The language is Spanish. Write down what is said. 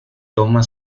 toma